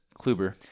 Kluber